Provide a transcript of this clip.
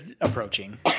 approaching